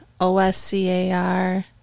O-S-C-A-R